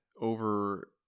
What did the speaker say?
over